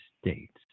States